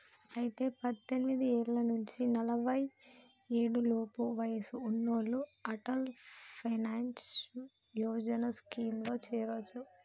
అయితే పద్దెనిమిది ఏళ్ల నుంచి నలఫై ఏడు లోపు వయసు ఉన్నోళ్లు అటల్ పెన్షన్ యోజన స్కీమ్ లో చేరొచ్చు